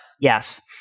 yes